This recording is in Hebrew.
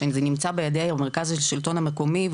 שזה נמצא בידי המרכז לשלטון המקומי,